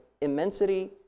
immensity